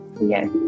yes